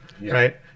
right